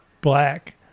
black